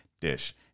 dish